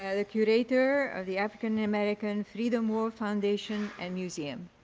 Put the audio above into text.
yeah the curator of the african-american freedom war foundation and museum.